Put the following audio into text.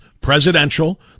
presidential